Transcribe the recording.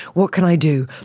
what can i do?